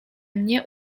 mnie